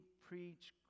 preach